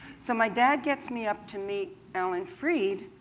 so my dad gets me up to meet alan freed,